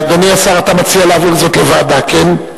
אדוני השר, אתה מציע להעביר זאת לוועדה, כן?